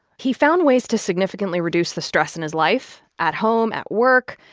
he found ways to significantly reduce the stress in his life, at home, at work.